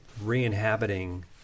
re-inhabiting